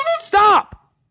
Stop